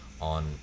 on